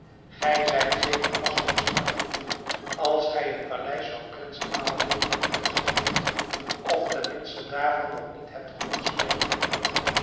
gij zijt zeker pas sinds kort hier als gij het paleis van prins aladdin nog niet gezien hebt of tenminste daarvan nog niet hebt hooren spreken